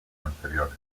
anteriores